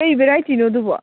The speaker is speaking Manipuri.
ꯀꯩ ꯚꯦꯔꯥꯏꯇꯤꯅꯣ ꯑꯗꯨꯕꯣ